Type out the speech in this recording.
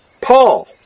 Paul